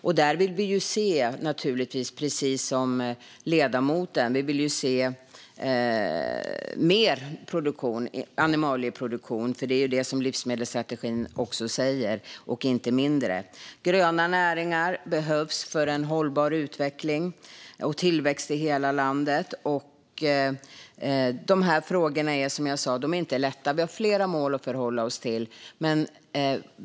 Vi vill precis som ledamoten naturligtvis se mer animalieproduktion - det är ju vad livsmedelsstrategin också säger - och inte mindre. Dessutom behövs gröna näringar för att vi ska få en hållbar utveckling och tillväxt i hela landet. Dessa frågor är, som jag sa, inte lätta. Vi har flera mål att förhålla oss till.